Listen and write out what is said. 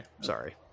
sorry